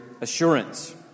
assurance